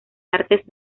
artes